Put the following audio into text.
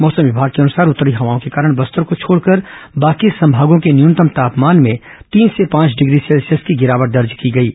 मौसम विभाग के अनुसार उत्तरी हवाओं के कारण बस्तर को छोड़कर बाकी संभागों के न्यूतनम तापमान में तीन से पांच डिग्री सेल्सियस की गिरावट दर्ज की गई है